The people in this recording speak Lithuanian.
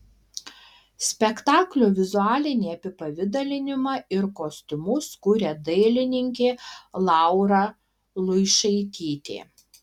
spektaklio vizualinį apipavidalinimą ir kostiumus kuria dailininkė laura luišaitytė